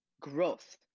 growth